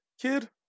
kid